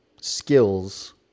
skills